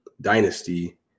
Dynasty